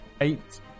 eight